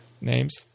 Names